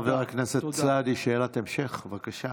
חבר הכנסת סעדי, שאלת המשך, בבקשה.